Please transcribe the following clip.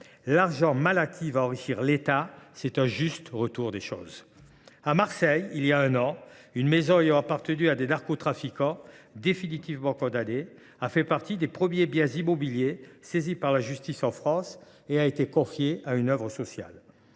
L’argent bien mal acquis […] va enrichir l’État. C’est un juste retour des choses. » À Marseille, il y a un an, une maison ayant appartenu à des narcotrafiquants définitivement condamnés a fait partie des premiers biens immobiliers saisis par la justice en France et a été confiée à une œuvre sociale.